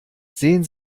sehen